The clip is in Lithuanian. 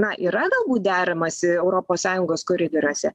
na yra galbūt deramasi europos sąjungos koridoriuose